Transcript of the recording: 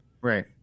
right